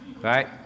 right